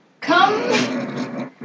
come